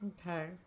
Okay